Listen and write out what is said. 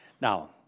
Now